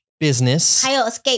Business